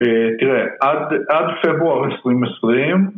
אה, תראה, עד עד פברואר 2020